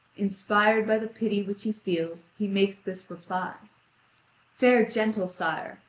inspired by the pity which he feels, he makes this reply fair gentle sire,